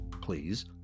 please